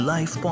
Life